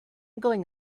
going